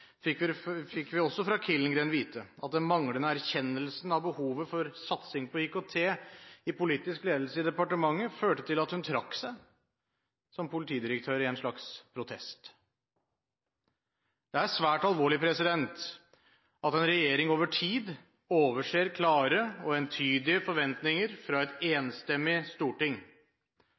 fikk vi også fra Killengreen vite at den manglende erkjennelsen av behovet for satsing på IKT i politisk ledelse i departementet førte til at hun trakk seg som politidirektør i en slags protest. Det er svært alvorlig at en regjering over tid overser klare og entydige forventninger fra et enstemmig storting.